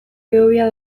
behobia